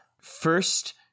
First